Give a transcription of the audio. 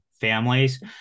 families